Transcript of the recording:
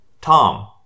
Tom